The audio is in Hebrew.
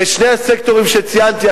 ושני הסקטורים שציינתי,